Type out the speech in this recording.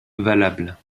valables